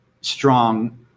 strong